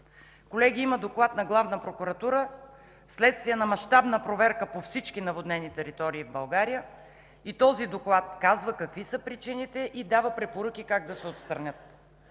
Колеги, има доклад на Главна прокуратура вследствие на мащабна проверка на всички наводни територии в България и този доклад казва какви са причините и дава препоръки как да се отстранят.